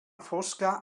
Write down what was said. fosca